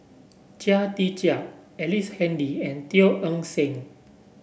Chia Tee Chiak Ellice Handy and Teo Eng Seng